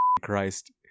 Christ